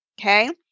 Okay